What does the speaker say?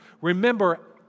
Remember